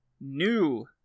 new